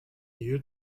you